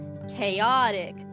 chaotic